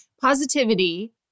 positivity